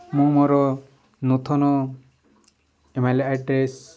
ମୁଁ ମୋର ନୂତନ ଇମେଲ୍ ଆଡ୍ରେସ୍